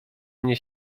mnie